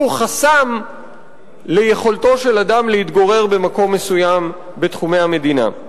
חסם ליכולת של אדם להתגורר במקום מסוים בתחומי המדינה.